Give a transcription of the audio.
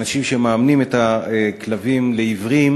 אנשים שמאמנים את הכלבים לעיוורים